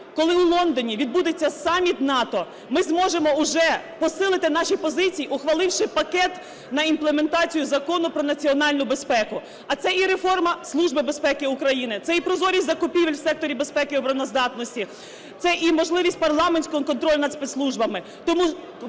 коли у Лондоні відбудеться саміт НАТО, ми зможемо уже посилити наші позиції, ухваливши пакет на імплементацію Закону "Про національну безпеку", а це і реформа Служби безпеки України, це і прозорість закупівель в секторі безпеки і обороноздатності, це і можливість парламентського контролю над спецслужбами.